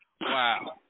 Wow